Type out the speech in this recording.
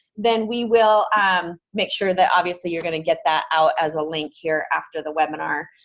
then we will um make sure that obviously you're going to get that out as a link here after the webinar.